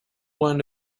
went